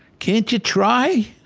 can't you try?